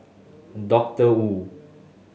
Doctor Wu